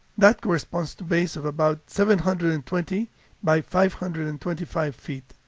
that corresponds to bays of about seven hundred and twenty by five hundred and twenty five feet.